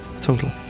Total